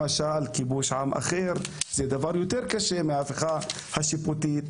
למשל כיבוש עם אחר זה דבר יותר קשה מההפיכה השיפוטית.